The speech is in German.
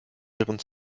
ihren